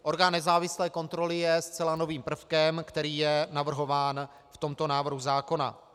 Orgán nezávislé kontroly je zcela novým prvkem, který je navrhován v tomto návrhu zákona.